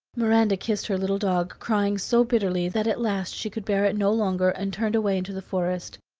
miranda kissed her little dog, crying so bitterly, that at last she could bear it no longer, and turned away into the forest.